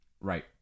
Right